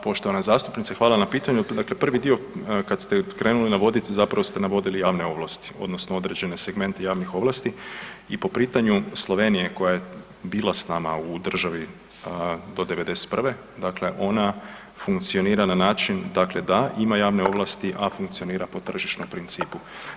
Poštovana zastupnice hvala na pitanju, dakle prvi dio kad ste krenuli navoditi zapravo ste navodili javne ovlasti odnosno određene segmente javnih ovlasti i po pitanju Slovenije koja je bila s nama u državi do '91. dakle ona funkcionira na način dakle da ima javne ovlasti, a funkcionira po tržišnom principu.